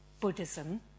Buddhism